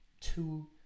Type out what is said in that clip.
two